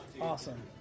awesome